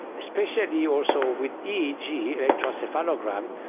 especially also with eeg, electroencephalogram,